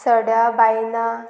सड्या बायना